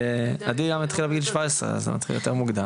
עדי גם התחילה בגיל 17 ואתה מתחיל יותר מוקדם.